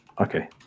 okay